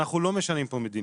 אנחנו לא משנים פה מדיניות.